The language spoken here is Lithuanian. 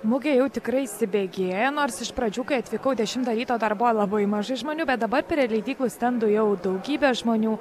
mugė jau tikrai įsibėgėja nors iš pradžių kai atvykau dešimtą ryto dar buvo labai mažai žmonių bet dabar prie leidyklų stendų jau daugybė žmonių